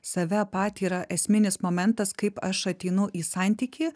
save patį yra esminis momentas kaip aš ateinu į santykį